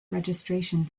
registration